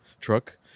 truck